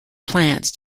plants